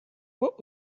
what